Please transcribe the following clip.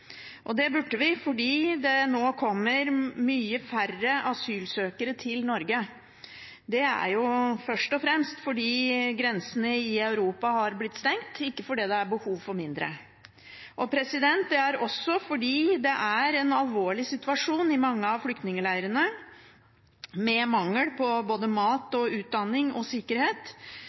gjort. Det burde vi fordi det nå kommer mange færre asylsøkere til Norge. Det er først og fremst fordi grensene i Europa har blitt stengt, ikke fordi det er behov for færre. Det er også fordi det er en alvorlig situasjon i mange av flyktningleirene, med mangel på både mat, utdanning og sikkerhet,